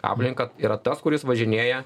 aplinką yra tas kuris važinėja